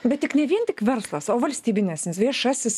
bet tik ne vien tik verslas o valstybinės instit viešasis